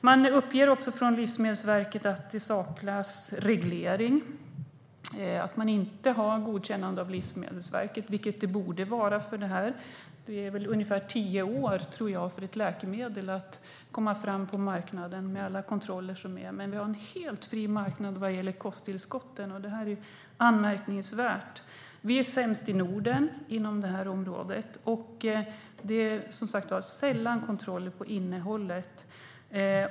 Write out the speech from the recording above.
Man uppger också från Livsmedelsverket att det saknas en reglering. Det finns inte ett godkännande av Livsmedelsverket, vilket det borde finnas, för det här. Jag tror att det tar ungefär tio år för ett läkemedel att komma ut på marknaden, med alla kontroller som finns. Men vi har en helt fri marknad vad gäller kosttillskotten. Det är anmärkningsvärt. Vi är sämst i Norden inom det här området. Det är, som sagt, sällan kontroller av innehållet.